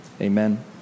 Amen